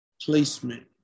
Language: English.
placement